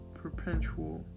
perpetual